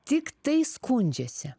tik tai skundžiasi